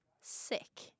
sick